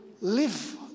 live